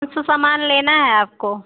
कुछ सामान लेना है आपको